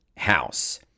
house